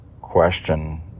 question